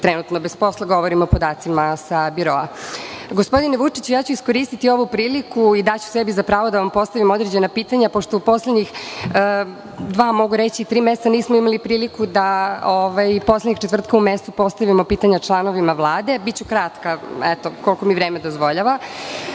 trenutno bez posla. Govorim o podacima sa biroa. Gospodine Vučiću, iskoristiću ovu priliku i daću sebi za pravo da vam postavim određena pitanja, pošto u poslednjih dva-tri meseca nismo imali priliku da poslednjeg četvrtka u mesecu postavimo pitanja članovima Vlade, ali biću kratka, koliko mi vreme dozvoljava. Potpisali